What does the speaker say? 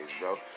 bro